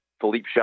Philippe